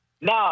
No